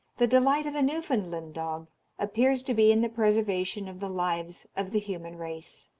the delight of the newfoundland dog appears to be in the preservation of the lives of the human race.